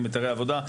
היתרי עבודה,